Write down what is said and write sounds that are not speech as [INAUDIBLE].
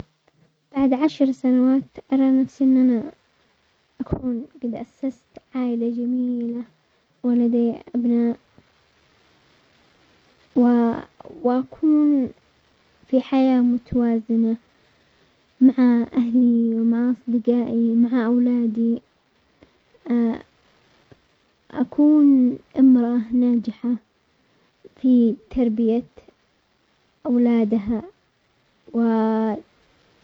بعد عشر سنوات ارى نفسي ان انا اكون قد اسست عائلة جميلة ولدي ابناء، و-واكون في حياة متوازنة مع اهلي ومع اصدقائي و مع اولادي، [HESITATION] اكون امرأة ناجحة في تربية اولادها و. [HESITATION]